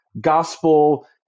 gospel